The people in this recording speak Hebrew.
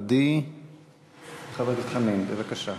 עדי וחבר הכנסת חנין, בבקשה.